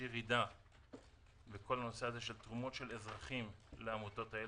ירידה בכל התרומות של אזרחים לעמותות האלה.